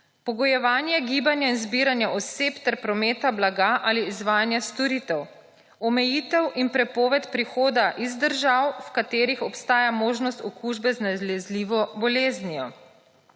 pogojevanje gibanja in zbiranja oseb ter prometa blaga ali izvajanje storitev, omejitev in prepoved prihoda iz držav, v katerih obstaja možnost okužbe z nalezljivo boleznijo,